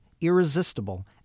irresistible